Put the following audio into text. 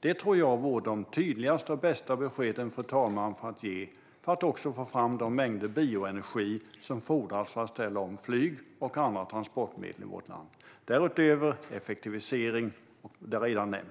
Detta tror jag vore de tydligaste och bästa beskeden, fru talman, att ge för att få fram de mängder bioenergi som fordras för att ställa om flyg och andra transportmedel i vårt land. Därutöver handlar det om effektivisering, och det har jag redan nämnt.